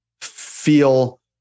feel